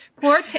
Poor